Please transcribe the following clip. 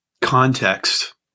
context